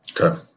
Okay